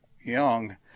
young